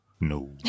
no